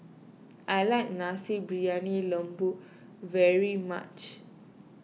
I like Nasi Briyani Lembu very much